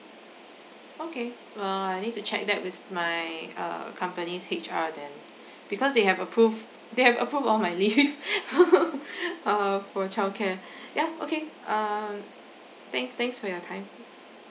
okay uh I need to check that with my uh company's H_R then because they have approved they have approved all my leave uh for childcare yeah okay um thanks thanks for your time